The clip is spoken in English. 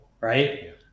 Right